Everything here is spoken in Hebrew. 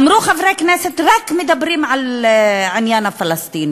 אמרו: חברי הכנסת רק מדברים על העניין הפלסטיני.